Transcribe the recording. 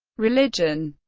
religion